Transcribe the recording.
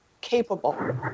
capable